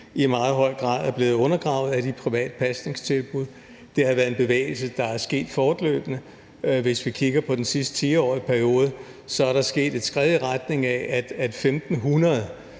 i meget høj grad er blevet undergravet af de private pasningstilbud. Det har været en bevægelse, der er sket fortløbende. Hvis vi kigger på den sidste 10-årige periode, er der sket et skred i retning af, at 1.500